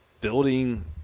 building